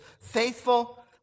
faithful